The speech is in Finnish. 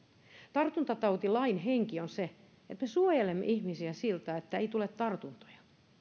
tartuntatautilain henki on se että me suojelemme ihmisiä ettei tulisi tartuntoja